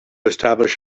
establish